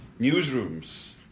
newsrooms